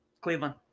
Cleveland